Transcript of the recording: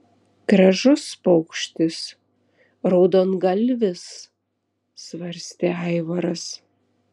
gražus paukštis raudongalvis svarstė aivaras